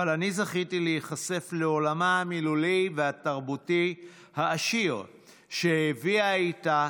אבל אני זכיתי להיחשף לעולמה המילולי והתרבותי העשיר שהביאה איתה